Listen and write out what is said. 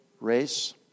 race